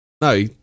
no